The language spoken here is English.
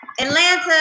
Atlanta